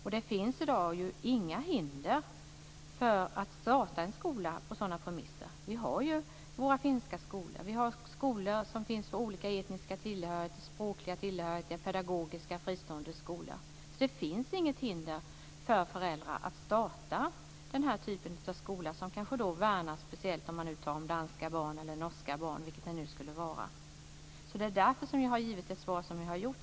I dag finns det inga hinder för att starta en skola på sådan premisser. Vi har våra finska skolor. Vi har skolor för olika etniska tillhörigheter, språkliga tillhörigheter och pedagogiska fristående skolor. Det finns inget hinder för föräldrar att starta den här typen av skola som kanske värnar speciellt om danska eller norska barn, vilket det nu skulle vara. Det är därför som jag har givit det svar som jag har gjort.